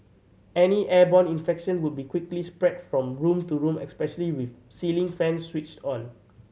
any airborne infection would be quickly spread from room to room especially with ceiling fans switched on